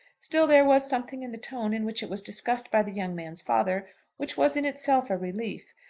still there was something in the tone in which it was discussed by the young man's father which was in itself a relief.